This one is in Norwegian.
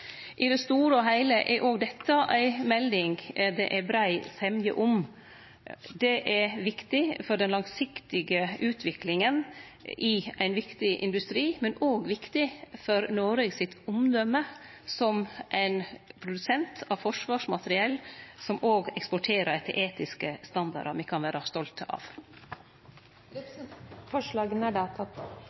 I det store og heile er òg dette ei melding det er brei semje om. Det er viktig for den langsiktige utviklinga i ein viktig industri, men òg viktig for Noreg sitt omdøme som produsent av forsvarsmateriell som eksporterer etter etiske standardar me kan vere stolte av. Eg tek med dette opp dei forslaga Senterpartiet er